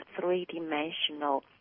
three-dimensional